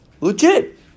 Legit